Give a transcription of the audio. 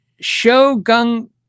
shogun